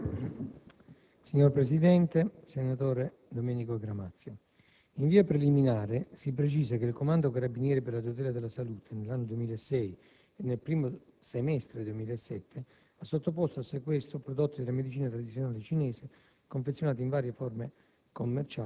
salute*. Signor Presidente, senatore Domenico Gramazio, in via preliminare si precisa che il Comando dei carabinieri per la tutela della salute (NAS), nell'anno 2006 e nel primo semestre 2007, ha sottoposto a sequestro prodotti della medicina tradizionale cinese, confezionati in varie forme